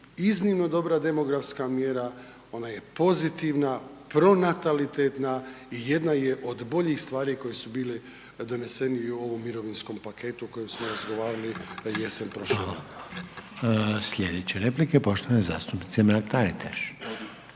iznimno dobra demografska mjera. Ona je pozitivna, pronatalitetna i jedna je od boljih stvari koje su bile doneseni i u ovom mirovinskom paketu o kojem smo razgovori jesen prošlu. **Reiner, Željko (HDZ)** Hvala.